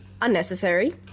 unnecessary